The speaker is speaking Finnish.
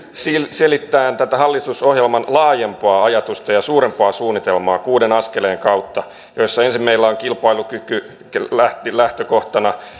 selittäen tätä hallitusohjelman laajempaa ajatusta ja suurempaa suunnitelmaa kuuden askeleen kautta joissa ensin meillä on kilpailukyky lähtökohtana